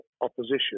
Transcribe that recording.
opposition